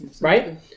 Right